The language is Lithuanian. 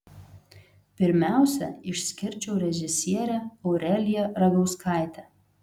pirmiausia išskirčiau režisierę aureliją ragauskaitę